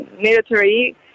military